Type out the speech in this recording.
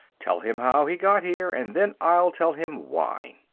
tell him how he got here, and then i'll tell him why.